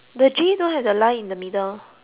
the line in the middle